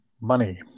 money